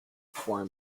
for